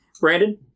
Brandon